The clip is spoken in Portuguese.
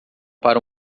para